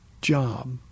job